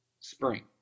spring